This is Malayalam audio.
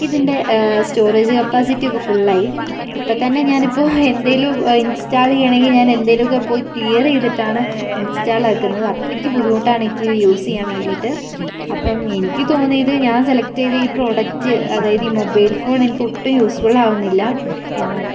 ഇതിൻ്റെ സ്റ്റോറേജ് കപ്പാസിറ്റിയൊക്കെ ഫുള്ളായി ഇപ്പം തന്നെ ഞാൻ ഇപ്പോൾ എന്തെങ്കിലും ഇൻസ്റ്റാൾ ചെയ്യണമെങ്കിൽ ഞാൻ എന്തെങ്കിലും ഒക്കെ പോയി ക്ലിയർ ചെയ്തിട്ടാണ് ഇൻസ്റ്റാൾ ആക്കുന്നത് അത്രക്ക് ബുദ്ധിമുട്ടാണ് എനിക്കിത് യൂസ് ചെയ്യാൻ വേണ്ടിയിട്ട് അപ്പം എനിക്ക് തോന്നിയത് ഞാൻ സെലക്റ്റ് ചെയ്ത ഈ പ്രോഡക്റ്റ് അതായത് ഈ മൊബൈൽ ഫോൺ എനിക്കൊട്ടും യൂസ്ഫുൾ ആകുന്നില്ല എന്നാണ്